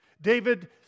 David